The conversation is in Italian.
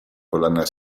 collana